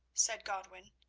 said godwin.